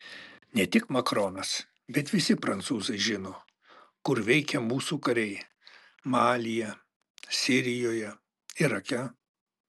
ne tik macronas bet visi prancūzai žino kur veikia mūsų kariai malyje sirijoje irake